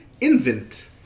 Invent